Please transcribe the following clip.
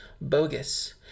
bogus